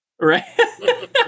Right